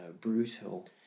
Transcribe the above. brutal